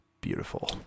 beautiful